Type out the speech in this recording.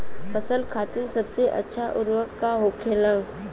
फसल खातीन सबसे अच्छा उर्वरक का होखेला?